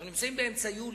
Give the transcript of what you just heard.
אנחנו באמצע יולי.